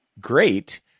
great